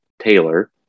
Taylor